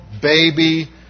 baby